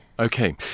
Okay